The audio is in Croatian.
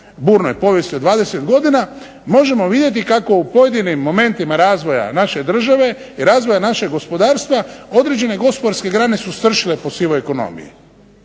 burnoj povijesti od 20 godina možemo vidjeti kako u pojedinim momentima razvoja naše države i razvoja našeg gospodarstva određene gospodarske grane su stršile po sivoj ekonomiji.